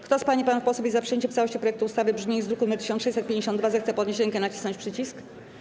Kto z pań i panów posłów jest za przyjęciem w całości projektu ustawy w brzmieniu z druku nr 1652, zechce podnieść rękę i nacisnąć przycisk.